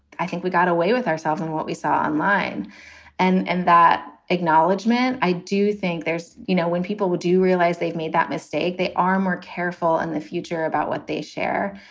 i think we got away with ourselves and what we saw online and and that acknowledgement. i do think there's you know, when people do realize they've made that mistake, they are more careful in the future about what they share.